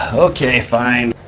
okay, fine.